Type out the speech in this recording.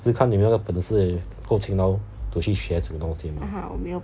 是看你有没有这个本事而已够勤劳 to 去学什么东西 mah